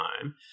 home